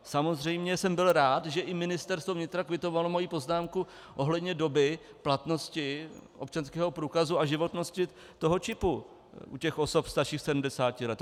Samozřejmě jsem byl rád, že i Ministerstvo vnitra kvitovalo moji poznámku ohledně doby platnosti občanského průkazu a životnosti čipu u osob starších 70 let.